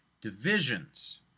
divisions